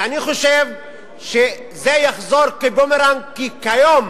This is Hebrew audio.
ואני חושב שזה יחזור כבומרנג, כי כיום,